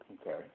Okay